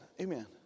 Amen